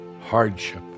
hardship